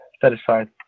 satisfied